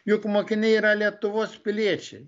juk mokiniai yra lietuvos piliečiai